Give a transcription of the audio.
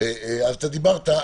אתה דיברת,